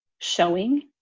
showing